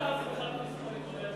כולה הפרחת מספרים.